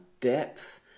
depth